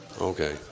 Okay